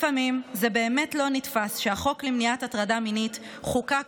לפעמים זה באמת לא נתפס שהחוק למניעת הטרדה מינית חוקק